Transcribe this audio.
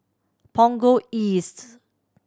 Punggol East